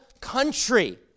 country